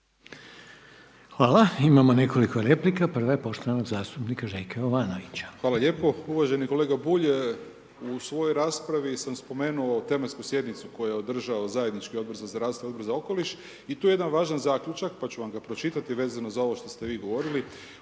Hvala, imamo nekoliko replika, prva je poštovanog zastupnika Željka Jovanovića. **Jovanović, Željko (SDP)** Hvala lijepo, uvaženi kolega Bulj u svojoj raspravi sam spomenuo tematsku sjednicu koju je održao Odbor za zdravstvo i Odbor za okoliš, i tu je jedan važan zaključak pa ću vam ga pročitati, vezano za ovo što ste vi govorili.